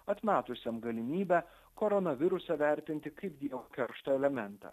atmetusiam galimybę koronavirusą vertinti kaip dievo keršto elementą